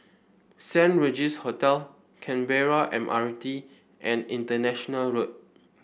Saint Regis Hotel Canberra M R T and International Road